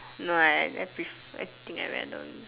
my left piece I think I random